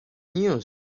news